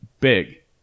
Big